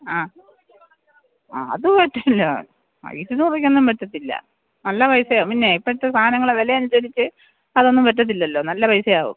ആ ആ അത് പറ്റില്ല പറ്റത്തില്ല നല്ല പൈസ പിന്നെ ഇപ്പത്തെ സാധനങ്ങളെ വില അനുസരിച്ച് അതൊന്നും പറ്റത്തില്ലല്ലോ നല്ല പൈസയാകും